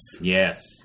Yes